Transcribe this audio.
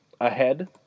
ahead